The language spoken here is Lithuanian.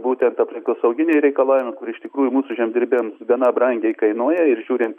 būtent aplinkosauginiai reikalavimai kur iš tikrųjų mūsų žemdirbiams gana brangiai kainuoja ir žiūrint